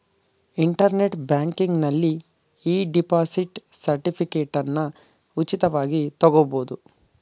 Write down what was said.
internet ಬ್ಯಾಂಕಿಂಗ್ನಲ್ಲಿ e deposit ಸರ್ಟಿಫಿಕೇಟನ್ನ ಉಚಿತವಾಗಿ ತಗೊಬೋದು